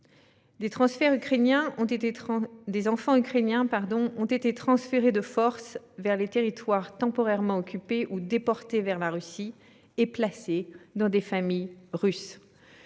Des enfants ukrainiens ont été transférés de force vers les territoires temporairement occupés, ou déportés vers la Russie et placés dans des familles russes.